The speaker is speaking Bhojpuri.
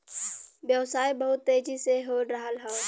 व्यवसाय बहुत तेजी से हो रहल हौ